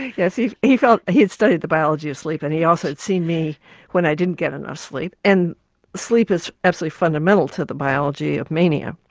yeah he felt. he'd studied the biology of sleep and he also had seen me when i didn't get enough sleep, and sleep is absolutely fundamental to the biology of mania.